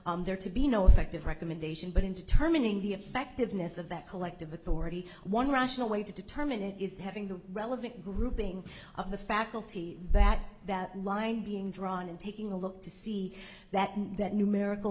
there to be no effective recommendation but into terminating the effectiveness of that collective authority one rational way to determine it is having the relevant grouping of the faculty that that line being drawn in taking a look to see that that numerical